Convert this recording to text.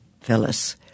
Phyllis